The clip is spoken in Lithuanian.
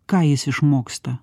ką jis išmoksta